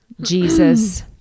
Jesus